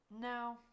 No